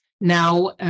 now